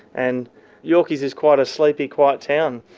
and yorkeys is quite a sleepy quiet town.